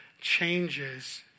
changes